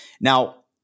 Now